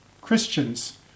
christians